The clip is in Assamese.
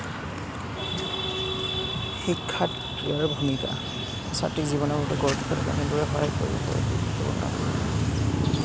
শিক্ষাত ক্ৰীড়াৰ ভূমিকা ছাত্ৰীৰ জীৱনত